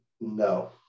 No